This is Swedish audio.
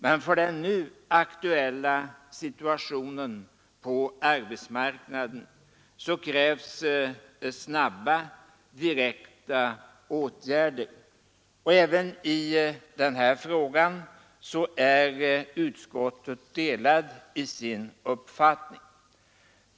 Men för den nu aktuella situationen på arbetsmarknaden krävs snabba direkta åtgärder. Och även i denna fråga är utskottet delat i sin uppfattning.